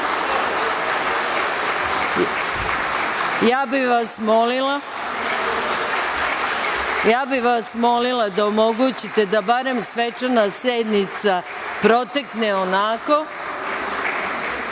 bih vas da omogućite da barem svečana sednica protekne onako